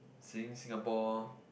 seeing Singapore